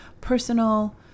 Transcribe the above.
personal